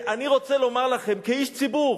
אני רוצה לומר לכם כאיש ציבור: